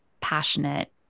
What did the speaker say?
passionate